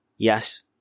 yes